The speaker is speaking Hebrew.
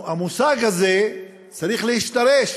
המושג הזה צריך להשתרש